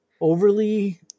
overly